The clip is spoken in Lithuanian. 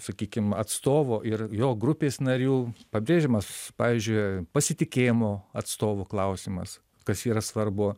sakykim atstovo ir jo grupės narių pabrėžiamas pavyzdžiui pasitikėjimo atstovu klausimas kas yra svarbu